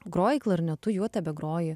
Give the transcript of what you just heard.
groji klarnetu juo tebegroji